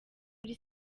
muri